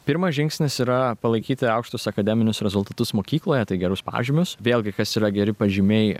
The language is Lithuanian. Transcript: pirmas žingsnis yra palaikyti aukštus akademinius rezultatus mokykloje tai gerus pažymius vėlgi kas yra geri pažymiai